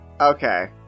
Okay